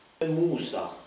Musa